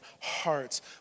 hearts